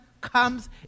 comes